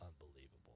unbelievable